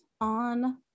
on